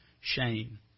shame